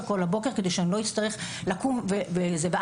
כדי שהיא לא תצטרך לקום לבית הספר.